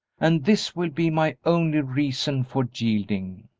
and this will be my only reason for yielding.